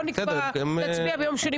למה בועז?